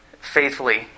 faithfully